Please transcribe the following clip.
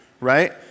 right